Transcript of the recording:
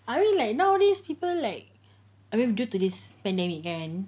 I don't know like nowadays people like I mean due to this pandemic kan